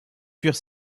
furent